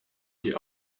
die